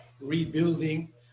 rebuilding